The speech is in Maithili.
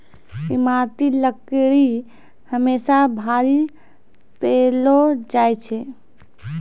ईमारती लकड़ी हमेसा भारी पैलो जा छै